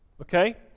okay